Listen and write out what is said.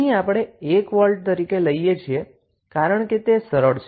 અહીં આપણે 1 વોલ્ટ તરીકે લઈએ છીએ કારણ કે તે સરળ છે